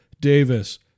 Davis